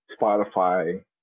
Spotify